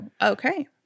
okay